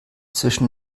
zwischen